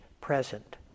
present